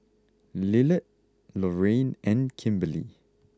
Lillard Lorayne and Kimberly